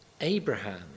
Abraham